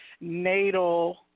natal